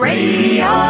Radio